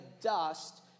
dust